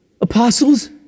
apostles